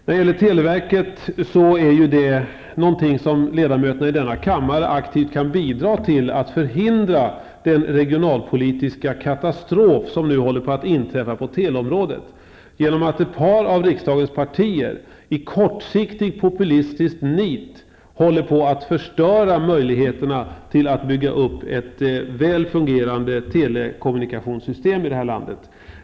När det gäller televerket kan ledamöterna i denna kammare aktivt bidra till att förhindra den regionalpolitiska katastrof som nu håller på att inträffa på teleområdet. Ett par av riksdagens partier håller i kortsiktigt populistiskt nit på att förstöra möjligheterna att bygga upp ett väl fungerande telekommunikationssystem i vårt land.